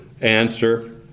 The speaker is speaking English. answer